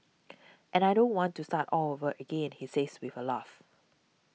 and I don't want to start all over again he says with a laugh